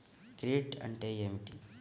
Credit అంటే ఏమిటి?